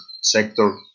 sector